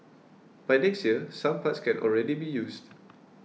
by next year some parts can already be used